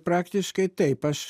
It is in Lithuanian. praktiškai taip aš